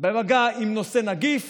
במגע עם נושא נגיף